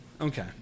Okay